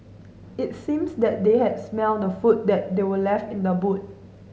it seems that they had smelt the food that were left in the boot